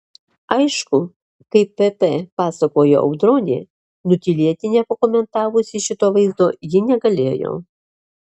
aišku kaip pp pasakojo audronė nutylėti nepakomentavusi šito vaizdo ji negalėjo